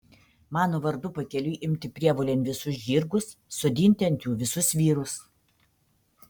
mano vardu pakeliui imti prievolėn visus žirgus sodinti ant jų visus vyrus